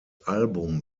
album